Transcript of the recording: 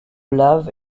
lave